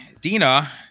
Dina